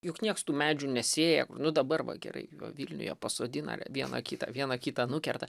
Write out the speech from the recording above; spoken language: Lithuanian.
juk nieks tų medžių nesėja nu dabar va gerai vilniuje pasodina a lia vieną kitą vieną kitą nukerta